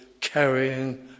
carrying